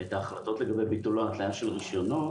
את ההחלטות לגבי ביטול ההתליה של רישיונות,